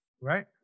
Right